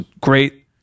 great